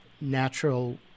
natural